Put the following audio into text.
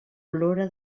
plora